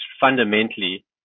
fundamentally